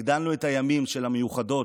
הגדלנו את הימים של ה"מיוחדות",